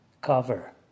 Cover